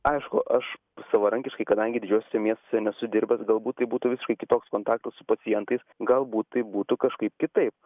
aišku aš savarankiškai kadangi didžiuosiuose miestuose nesu dirbęs galbūt tai būtų visiškai kitoks kontaktas su pacientais galbūt tai būtų kažkaip kitaip